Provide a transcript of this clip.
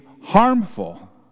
harmful